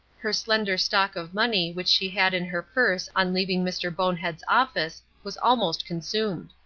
her slender stock of money which she had in her purse on leaving mr. bonehead's office was almost consumed.